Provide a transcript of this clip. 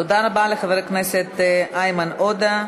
תודה רבה לחבר הכנסת איימן עודה.